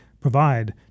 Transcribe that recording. provide